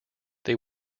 they